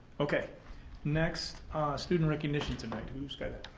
okay next student recognition tonight. who's got it?